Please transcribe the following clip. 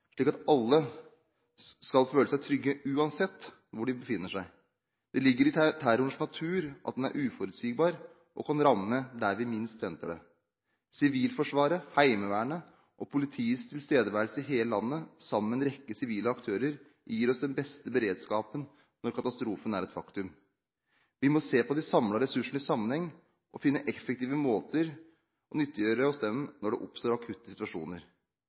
slik at alle skal føle seg trygge uansett hvor de befinner seg. Det ligger i terrorens natur at den er uforutsigbar og kan ramme der vi minst venter det. Sivilforsvaret, Heimevernet og politiets tilstedeværelse i hele landet sammen med en rekke sivile aktører gir oss den beste beredskapen når katastrofen er et faktum. Vi må se på de samlede ressursene i sammenheng og finne effektive måter å nyttiggjøre oss dem på når det oppstår akutte situasjoner.